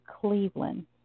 Cleveland